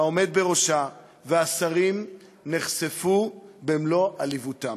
והעומד בראשה, והשרים נחשפו במלוא עליבותם.